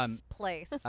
place